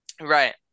Right